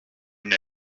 and